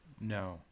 No